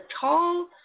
tall